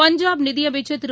பஞ்சாப் நிதியமைச்சர் திரு